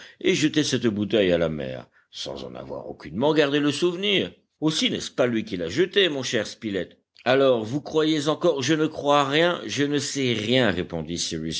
et jeter cette bouteille à la mer sans en avoir aucunement gardé le souvenir aussi n'est-ce pas lui qui l'a jetée mon cher spilett alors vous croyez encore je ne crois rien je ne sais rien répondit